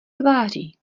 tváří